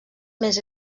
més